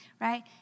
right